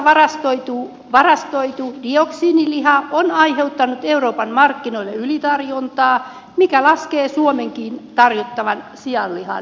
saksassa varastoitu dioksiiniliha on aiheuttanut euroopan markkinoille ylitarjontaa mikä laskee suomenkin tarjottavan sianlihan hintaa